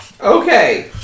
Okay